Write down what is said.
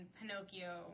Pinocchio